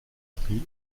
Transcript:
prix